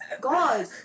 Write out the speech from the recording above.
God